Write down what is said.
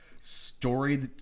story